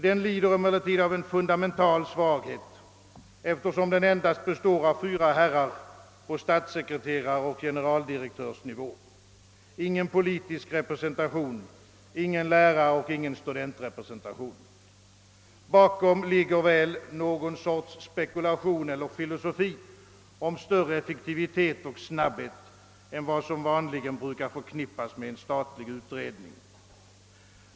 Den lider emellertid av en fundamental svaghet, eftersom den endast består av fyra herrar på statssekreteraroch generaldirektörsnivå. Den har ingen politisk representation, ingen läraroch ingen studentrepresentation. Bakom ligger väl någon spekulation eller filosofi om större effektivitet och snabbhet än vad som vanligen brukar förknippas med en statlig utredning.